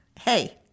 Hey